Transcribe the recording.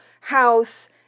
house